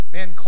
Man